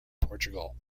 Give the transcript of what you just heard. portugal